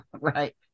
Right